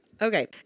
Okay